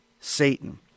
Satan